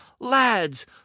Lads